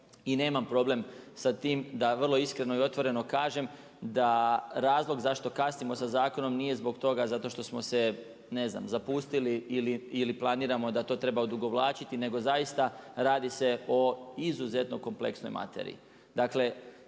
i nemam problem sa tim da vrlo iskreno i otvoreno kažem da razlog zašto kasnimo sa zakonom nije zbog toga zato što smo se ne znam, zapustili ili planiramo da to treba odugovlačiti nego zaista radi se o izuzetno kompleksnoj materiji.